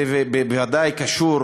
וודאי שזה קשור